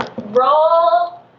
roll